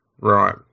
Right